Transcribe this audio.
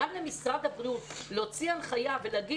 אנחנו לא נאפשר למשרד הבריאות להוציא הנחיה ולומר